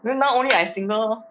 then now only I single lor